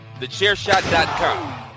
TheChairShot.com